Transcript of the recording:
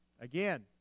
Again